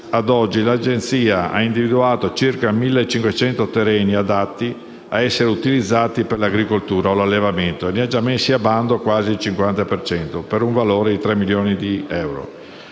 a oggi l'Agenzia ha individuato circa 1.500 terreni adatti a essere utilizzati per l'agricoltura o l'allevamento e ne ha già messi a bando quasi il 50 per cento, per un valore pari a tre milioni di euro.